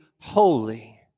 holy